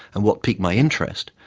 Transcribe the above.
and what piqued my interest,